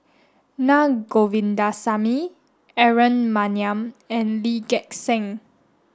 Na Govindasamy Aaron Maniam and Lee Gek Seng